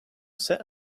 set